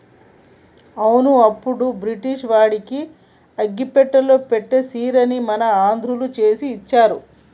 అవును అప్పుడు బ్రిటిష్ వాడికి అగ్గిపెట్టెలో పట్టే సీరని మన ఆంధ్రుడు చేసి ఇచ్చారు